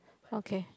okay